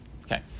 Okay